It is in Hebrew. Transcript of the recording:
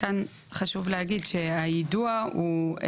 כאן חשוב להגיד שהיידוע הוא,